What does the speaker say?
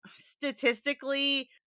statistically